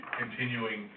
continuing